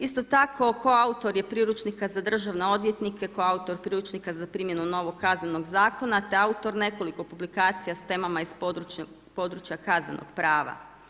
Isto tako koautor je priručnika za državne odvjetnike, koautor priručnika za primjenu novog Kaznenog zakona, te autor nekoliko publikacija s temama iz područja kaznenog prava.